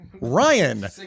Ryan